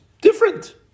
different